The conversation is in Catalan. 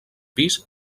pis